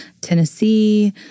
Tennessee